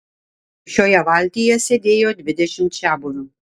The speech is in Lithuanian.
šioje valtyje sėdėjo dvidešimt čiabuvių